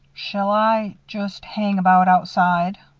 shall i just hang about outside?